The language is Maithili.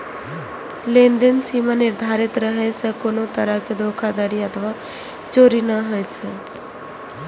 लेनदेन सीमा निर्धारित रहै सं कोनो तरहक धोखाधड़ी अथवा चोरी नै होइ छै